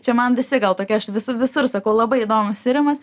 čia man visi gal tokie aš visu visur sakau labai įdomus tyrimas